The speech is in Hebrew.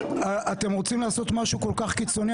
אתם רוצים לעשות משהו כל כך קיצוני?